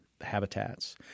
habitats